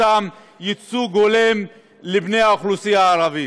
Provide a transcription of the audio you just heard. ייצוג הולם לבני האוכלוסייה הערבית,